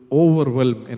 overwhelm